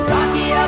Rocky